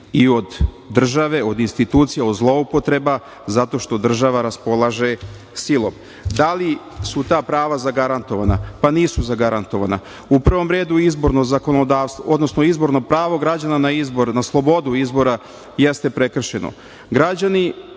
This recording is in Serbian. i od države, od institucija, od zloupotreba zato što država raspolaže silom. Da li su ta prava zagarantovana? Pa, nisu zagarantovana. U prvom redu izborno pravo građana na izbor, na slobodu izboru jeste prekršeno.